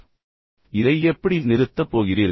இப்போது இதை எப்படி நிறுத்தப் போகிறீர்கள்